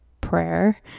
prayer